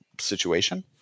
situation